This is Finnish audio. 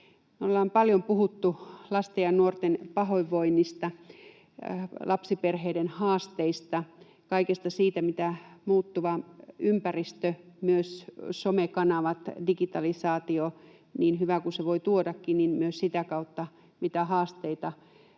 ollaan paljon puhuttu lasten ja nuorten pahoinvoinnista, lapsiperheiden haasteista, kaikesta siitä, mitä haasteita muuttuva ympäristö, myös somekanavat ja digitalisaatio voivat tuoda — niin paljon hyvää kuin ne voivatkin